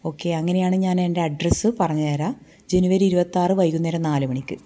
okay അങ്ങനെയാണ് ഞാൻ എൻ്റെ അഡ്രസ്സ് പറഞ്ഞുതരാം ജനുവരി ഇരുപത്തിയാറ് വൈകുന്നേരം നാലു മണിക്ക്